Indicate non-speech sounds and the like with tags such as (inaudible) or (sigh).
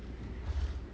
(breath)